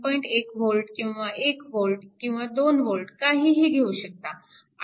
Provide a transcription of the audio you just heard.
1V किंवा 1V किंवा 2V काहीही घेऊ शकता